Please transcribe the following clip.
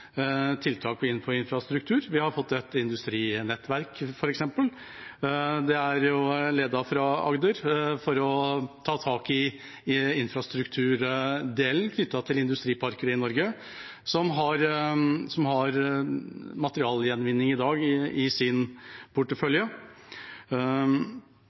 tiltak på infrastruktur. Vi har fått et industrinettverk f.eks., ledet fra Agder, for å ta tak i infrastrukturdelen knyttet til industriparken i Norge, som har materialgjenvinning i dag i sin portefølje. Hvordan vi skal bygge ut industriparker i